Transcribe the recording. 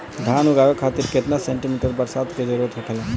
धान उगावे खातिर केतना सेंटीमीटर बरसात के जरूरत होखेला?